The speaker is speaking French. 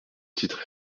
titre